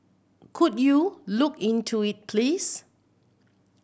could you look into it please